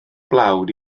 blawd